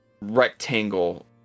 rectangle